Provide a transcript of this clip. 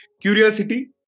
curiosity